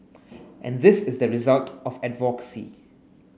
and this is a result of advocacy